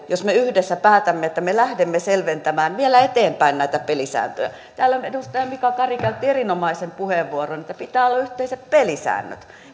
jos me yhdessä päätämme että me lähdemme selventämään vielä eteenpäin näitä pelisääntöjä täällä edustaja mika kari käytti erinomaisen puheenvuoron että pitää olla yhteiset pelisäännöt